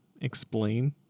explain